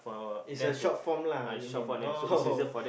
is a short form lah you mean oh